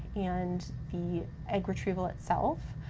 and the egg retrieval itself.